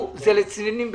זה לצנינים בעיניו.